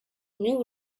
knew